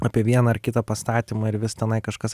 apie vieną ar kitą pastatymą ir vis tenai kažkas